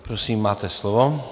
Prosím, máte slovo.